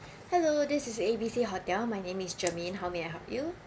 hello this is A_B_C hotel my name is germaine how may I help you